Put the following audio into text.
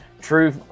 True